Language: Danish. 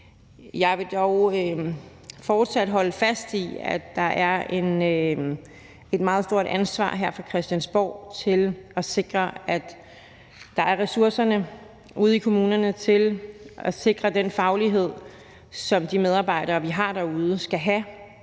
Jeg vil dog fortsat holde fast i, at der er et meget stort ansvar her fra Christiansborgs side for at sikre, at der ude i kommunerne er ressourcerne til at sikre den faglighed, som de medarbejdere, vi har derude, skal have